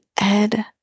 Ed